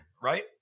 Right